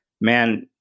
man